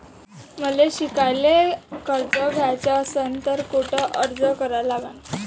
मले शिकायले कर्ज घ्याच असन तर कुठ अर्ज करा लागन?